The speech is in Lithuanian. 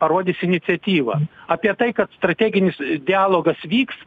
parodys iniciatyvą apie tai kad strateginis dialogas vyks